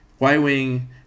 Y-Wing